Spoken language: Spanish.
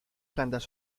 plantas